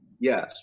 Yes